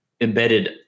embedded